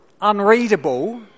unreadable